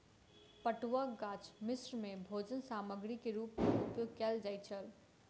पटुआक गाछ मिस्र में भोजन सामग्री के रूप में उपयोग कयल जाइत छल